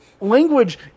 language